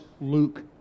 Luke